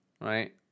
right